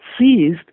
seized